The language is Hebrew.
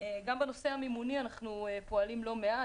גם בנושא המימוני אנו פועלים לא מעט,